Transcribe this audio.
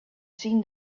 seen